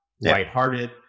lighthearted